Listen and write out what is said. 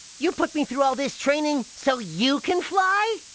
you put me through all this training. so you can fly!